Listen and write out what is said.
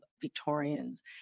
Victorians